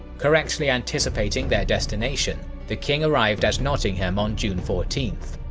correctly anticipating their destination, the king arrived at nottingham on june fourteenth.